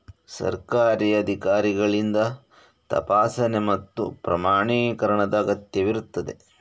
ಸರ್ಕಾರಿ ಅಧಿಕಾರಿಗಳಿಂದ ತಪಾಸಣೆ ಮತ್ತು ಪ್ರಮಾಣೀಕರಣದ ಅಗತ್ಯವಿರುತ್ತದೆ